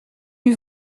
eût